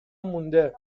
مونده